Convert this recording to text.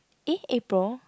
eh April